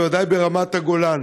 ובוודאי ברמת הגולן.